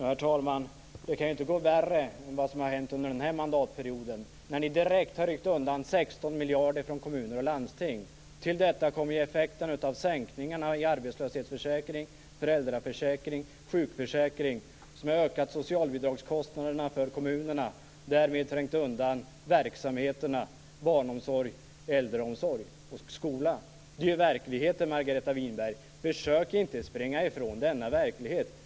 Herr talman! Det kan inte bli värre än det har varit under den här mandatperioden, när ni direkt har ryckt undan 16 miljarder från kommuner och landsting. Till detta kommer effekterna av sänkningarna i arbetslöshetsförsäkring, föräldraförsäkring och sjukförsäkring, som har ökat socialbidragskostnaderna för kommunerna och därmed trängt undan verksamheterna barnomsorg, äldreomsorg och skola. Det är verkligheten, Margareta Winberg. Försök inte springa ifrån denna verklighet!